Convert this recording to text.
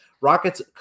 Rockets